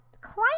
climate